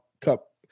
cup